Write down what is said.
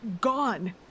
gone